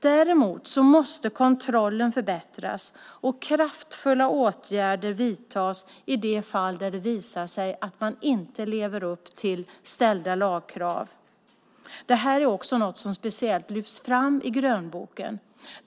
Däremot måste kontrollen förbättras och kraftfulla åtgärder vidtas i de fall det visar sig att man inte lever upp till ställda lagkrav. Detta lyfts också fram speciellt i grönboken.